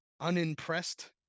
unimpressed